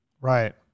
right